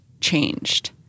changed